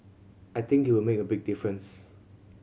I think it will make a big difference